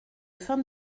fin